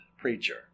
preacher